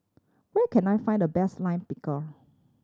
where can I find the best Lime Pickle